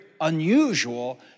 unusual